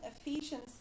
Ephesians